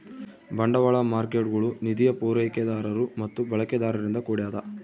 ಬಂಡವಾಳ ಮಾರ್ಕೇಟ್ಗುಳು ನಿಧಿಯ ಪೂರೈಕೆದಾರರು ಮತ್ತು ಬಳಕೆದಾರರಿಂದ ಕೂಡ್ಯದ